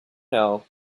know